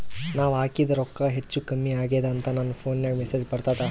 ನಾವ ಹಾಕಿದ ರೊಕ್ಕ ಹೆಚ್ಚು, ಕಮ್ಮಿ ಆಗೆದ ಅಂತ ನನ ಫೋನಿಗ ಮೆಸೇಜ್ ಬರ್ತದ?